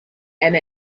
and